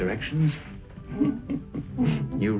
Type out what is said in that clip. directions you